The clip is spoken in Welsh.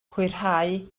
hwyrhau